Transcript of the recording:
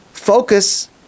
Focus